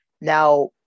Now